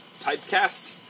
typecast